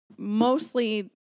mostly